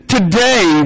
Today